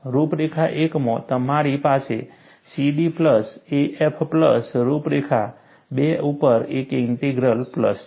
રૂપરેખા 1 માં તમારી પાસે CD પ્લસ AF પ્લસ રૂપરેખા 2 ઉપર એક ઇન્ટિગ્રલ પ્લસ છે